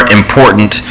important